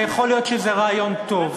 יכול להיות שזה רעיון טוב.